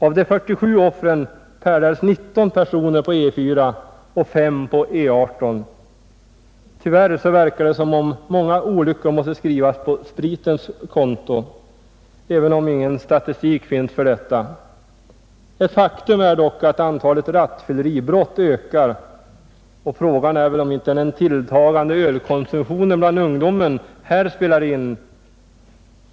Av de 47 offren färdades 19 personer på E 4 och 5 på E 18. Tyvärr verkar det som om många olyckor måste skrivas på spritens konto, även om ingen statistik finns för detta. Ett faktum är dock att antalet rattfylleribrott ökar, och frågan är väl om inte den tilltagande ölkonsumtionen bland ungdomen här spelar in.